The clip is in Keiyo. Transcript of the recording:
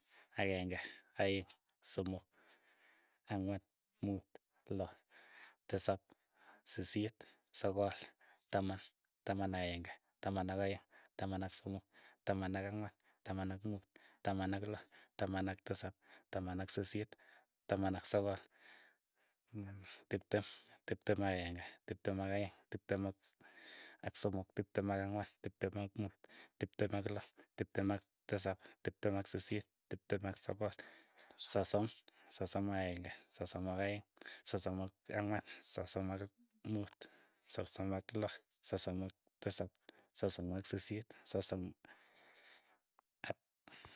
Akeng'e, aeng', somok, ang'wan, muut, loo, tisap, sisiit, sogol, taman, taman aenge, taman ak' aeng, taman ak somok, taman ak ang'wan, taman ak muut, taman ak loo, taman ak tisap, taman ak sisiit, taman ak sogol, tiptem, tiptem ak aeng'e, tiptem ak aeng', tiptem ak somok, tiptem ak ang'wan, tiptem ak muut, tiptem ak loo, tiptem ak tisap, tiptem ak sisiit, tiptem ak sogol, sosom, sosom a'aenge, sosom ak aeng', sosom ak ang'wan, sosom ak muut, sosom ak loo, sosom ak tisap, sosom ak sisiit, sosom ak.